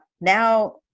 now